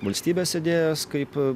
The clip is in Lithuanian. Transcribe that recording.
valstybės idėjos kaip